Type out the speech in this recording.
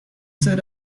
said